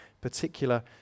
particular